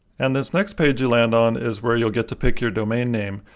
and this next page you land on is where you'll get to pick your domain name.